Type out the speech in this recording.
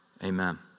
Amen